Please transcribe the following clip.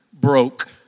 broke